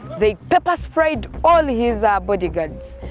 they pepper-sprayed all his ah bodyguards,